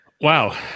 Wow